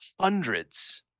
hundreds